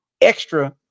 extra